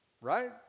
Right